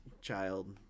child